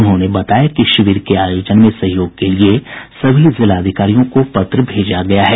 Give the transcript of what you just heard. उन्होंने बताया कि शिविर के आयोजन में सहयोग के लिए सभी जिलाधिकारियों को पत्र भेजा गया है